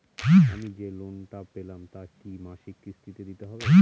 আমি যে লোন টা পেলাম তা কি মাসিক কিস্তি তে দিতে হবে?